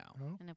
No